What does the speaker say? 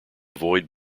avoid